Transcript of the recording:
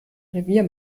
revier